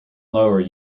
lower